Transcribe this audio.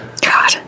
God